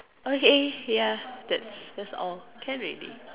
okay ya that's that's all can already